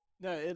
No